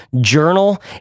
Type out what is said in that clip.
journal